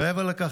מעבר לכך,